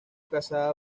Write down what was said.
casada